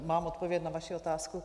Mám odpověď na vaši otázku.